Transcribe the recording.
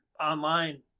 online